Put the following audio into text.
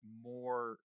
more